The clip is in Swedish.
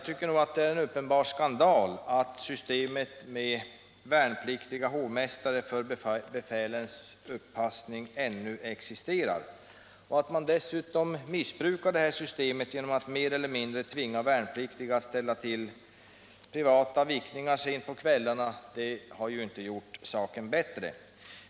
Det är en uppenbar skandal att systemet med värnpliktiga hovmästare för befälens uppassning ännu existerar och att man dessutom missbrukar systemet genom att mer eller mindre tvinga värnpliktiga att stå till förfogande för privata vickningar sent på kvällarna. Det har inte gjort saken bättre.